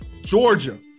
Georgia